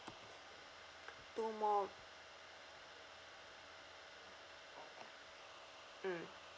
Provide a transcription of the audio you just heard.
two more mm